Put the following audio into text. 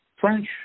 French